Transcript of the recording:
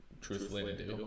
truthfully